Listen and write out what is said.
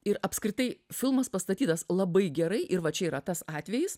ir apskritai filmas pastatytas labai gerai ir va čia yra tas atvejis